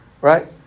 right